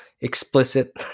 explicit